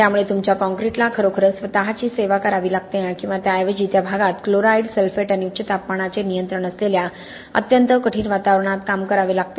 त्यामुळे तुमच्या काँक्रीटला खरोखरच स्वतःची सेवा करावी लागते किंवा त्याऐवजी त्या प्रदेशात क्लोराईड सल्फेट आणि उच्च तापमानाचे नियंत्रण असलेल्या अत्यंत कठीण वातावरणात काम करावे लागते